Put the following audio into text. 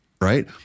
right